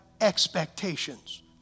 expectations